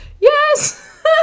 yes